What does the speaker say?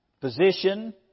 position